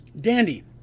Dandy